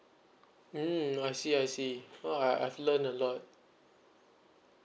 mm I see I see !wow! I I've learned a lot